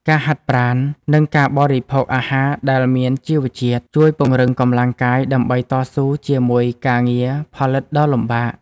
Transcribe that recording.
ការហាត់ប្រាណ និងការបរិភោគអាហារដែលមានជីវជាតិ ជួយពង្រឹងកម្លាំងកាយដើម្បីតស៊ូជាមួយការងារផលិតដ៏លំបាក។